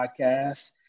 Podcast